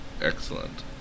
Excellent